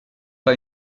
pas